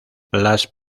las